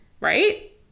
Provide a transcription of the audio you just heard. right